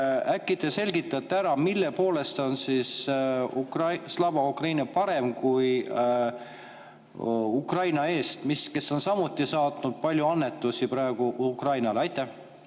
äkki te selgitate, mille poolest on Slava Ukraini parem kui MTÜ Ukraina Eest, kes on samuti saatnud palju annetusi praegu Ukrainale?